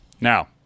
Now